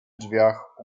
drzwiach